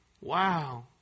Wow